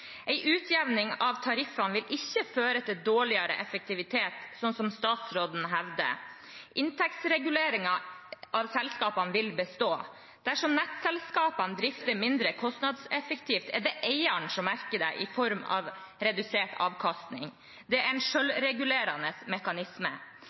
utjevning av tariffene vil ikke føre til dårligere effektivitet, som statsråden hevder. Inntektsreguleringen av selskapene vil bestå. Dersom nettselskapene drifter mindre kostnadseffektivt, er det eieren som merker det i form av redusert avkastning. Det er en